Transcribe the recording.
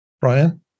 Brian